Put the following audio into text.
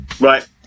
Right